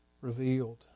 revealed